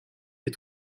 des